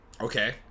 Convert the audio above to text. Okay